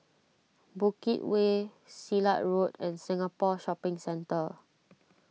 Bukit Way Silat Road and Singapore Shopping Centre